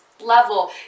level